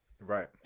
Right